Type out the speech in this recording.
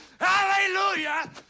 Hallelujah